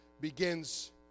begins